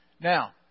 Now